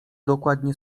dokładnie